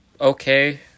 okay